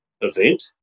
event